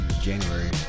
January